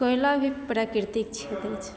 कोयला भी प्राकृतिक छेत्र छै